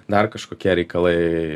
dar kažkokie reikalai